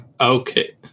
Okay